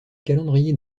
calendrier